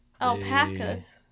alpacas